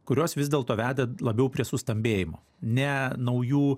kurios vis dėlto veda labiau prie sustambėjimo ne naujų